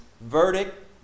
verdict